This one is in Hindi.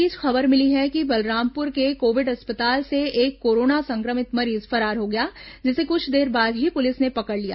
इस बीच खबर मिली है कि बलरामपुर के कोविड अस्पताल से एक कोरोना संक्रमित मरीज फरार हो गया जिसे कुछ देर बाद ही पुलिस ने पकड़ लिया